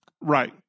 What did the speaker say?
Right